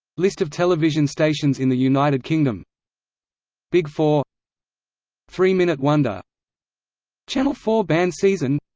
list of television stations in the united kingdom big four three minute wonder channel four banned season